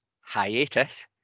hiatus